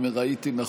אם ראיתי נכון,